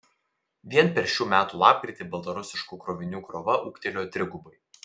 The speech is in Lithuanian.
vien per šių metų lapkritį baltarusiškų krovinių krova ūgtelėjo trigubai